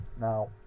now